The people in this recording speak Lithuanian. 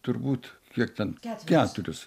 turbūt kiek ten keturis